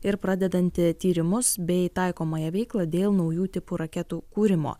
ir pradedanti tyrimus bei taikomąją veiklą dėl naujų tipų raketų kūrimo